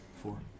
four